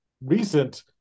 recent